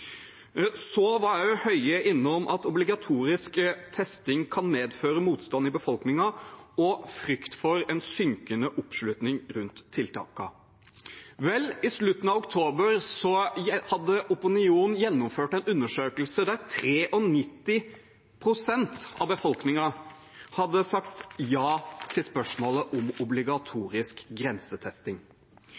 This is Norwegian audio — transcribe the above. Så var Høie innom at obligatorisk testing kan medføre motstand i befolkningen og frykt for synkende oppslutning om tiltakene. Vel, i slutten av oktober hadde Opinion gjennomført en undersøkelse der 93 pst. av befolkningen sa ja til spørsmålet om obligatorisk grensetesting.